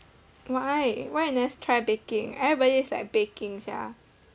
why why you never s~ try baking everybody is like baking sia